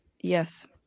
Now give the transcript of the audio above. Yes